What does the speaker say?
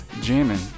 Jamming